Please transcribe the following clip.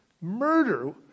murder